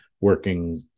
working